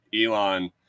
Elon